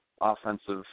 offensive